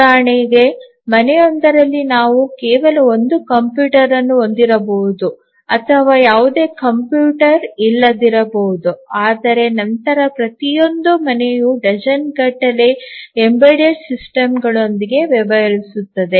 ಉದಾಹರಣೆಗೆ ಮನೆಯೊಂದರಲ್ಲಿ ನಾವು ಕೇವಲ ಒಂದು ಕಂಪ್ಯೂಟರ್ ಅನ್ನು ಹೊಂದಿರಬಹುದು ಅಥವಾ ಯಾವುದೇ ಕಂಪ್ಯೂಟರ್ ಇಲ್ಲದಿರಬಹುದು ಆದರೆ ನಂತರ ಪ್ರತಿಯೊಂದು ಮನೆಯೂ ಡಜನ್ಗಟ್ಟಲೆ ಎಂಬೆಡೆಡ್ ಸಿಸ್ಟಮ್ಗಳೊಂದಿಗೆ ವ್ಯವಹರಿಸುತ್ತದೆ